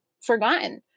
forgotten